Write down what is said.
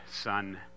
son